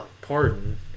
pardon